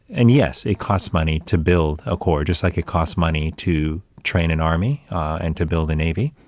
and yes, it costs money to build a core just like it costs money to train an army and to build a navy.